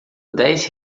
dez